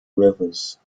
rivers